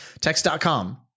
text.com